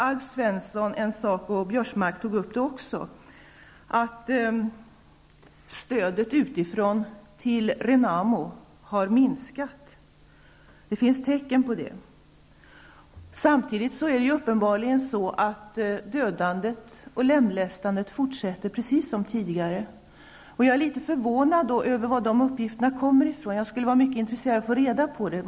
Alf Svensson sade -- även Biörsmark tog upp det -- att det finns tecken på att stödet utifrån till Renamo har minskat. Samtidigt är det uppenbarligen så att dödandet och lemlästandet fortsätter precis som tidigare. Jag är därför lite förvånad över de uppgifterna. Jag skulle vara intresserad av att få veta varifrån de kommer.